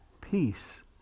peace